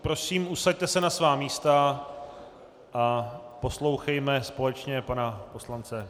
Prosím, usaďte se na svá místa a poslouchejme společně pana poslance.